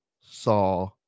saw